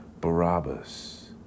Barabbas